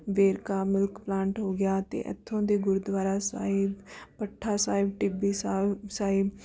Verka milk plant ਹੋ ਗਿਆ ਅਤੇ ਇੱਥੋਂ ਦੇ ਗੁਰਦੁਆਰਾ ਸਾਹਿਬ ਭੱਠਾ ਸਾਹਿਬ ਟਿੱਬੀ ਸਾਬ ਸਾਹਿਬ